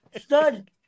Stud